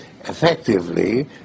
effectively